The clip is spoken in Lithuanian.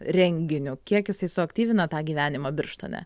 renginiu kiek jisai suaktyvina tą gyvenimą birštone